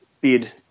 bid